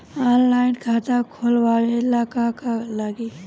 Online खाता खोलबाबे ला का का लागि?